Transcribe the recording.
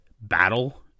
Battle